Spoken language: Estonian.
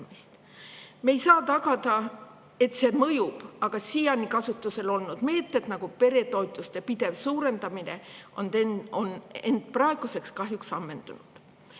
Me ei saa tagada, et see mõjub, aga siiani kasutusel olnud meetmed, näiteks peretoetuste pidev suurendamine, on end praeguseks kahjuks ammendanud.